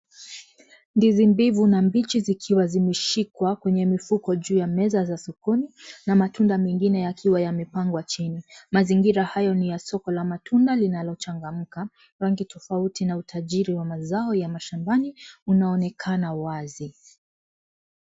Ndizi mbivu na mbichi zikiwa zimeshikwa kwenye mfuko juu ya meza sokoni na matunda mengine yakiwa yamepangwa chini maxingina hayo ni la siko ya matunda linalochangamka rangi tofauti na utajiri ya mazao ya ushambani unaonekana waazi.